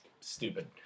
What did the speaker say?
stupid